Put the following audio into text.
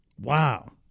Wow